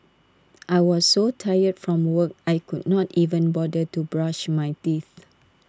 I was so tired from work I could not even bother to brush my teeth